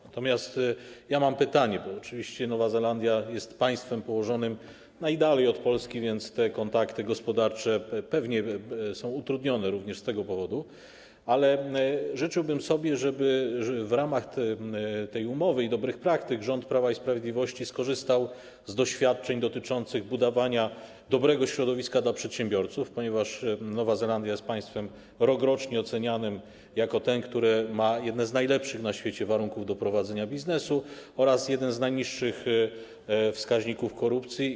Natomiast mam pytanie, bo oczywiście Nowa Zelandia jest państwem położonym najdalej od Polski, więc kontakty gospodarcze są pewnie utrudnione również z tego powodu, ale życzyłbym sobie, żeby w ramach tej umowy i dobrych praktyk rząd Prawa i Sprawiedliwości skorzystał z doświadczeń dotyczących budowania dobrego środowiska dla przedsiębiorców, ponieważ Nowa Zelandia jest państwem rokrocznie ocenianym jako to, które ma jedne z najlepszych na świecie warunków do prowadzenia biznesu oraz jeden z najniższych wskaźników korupcji.